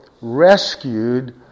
rescued